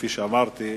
כפי שאמרתי,